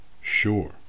sure